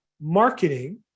marketing